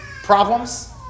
problems